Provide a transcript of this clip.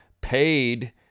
paid